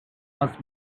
was